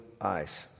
eyes